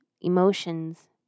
emotions